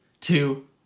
two